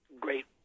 Great